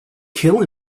kill